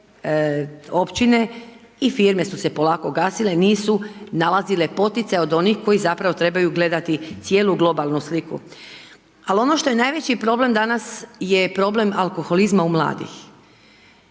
jer općine i firme su se polako gasile, nisu nalazile poticaj od onih koji zapravo trebaju gledati cijelu globalnu sliku. Ali ono što je najveći problem danas je problem alkoholizma u mladih,